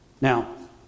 Now